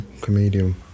Comedian